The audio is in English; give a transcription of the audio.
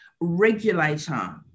regulator